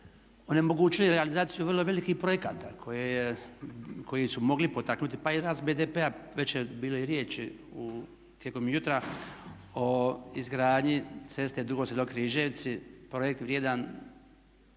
onemogućili realizaciju vrlo velikih projekata koji su mogli potaknuti pa i rast BDP-a, već je bilo i riječi tijekom jutra o izgradnji ceste Dugo Selo – Križevci, projekt vrijedan